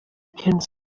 kennt